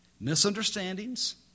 misunderstandings